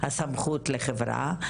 הסמכות לחברה,